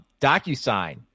DocuSign